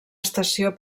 estació